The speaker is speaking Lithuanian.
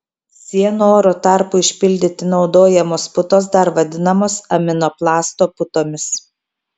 sienų oro tarpui užpildyti naudojamos putos dar vadinamos aminoplasto putomis